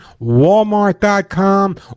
Walmart.com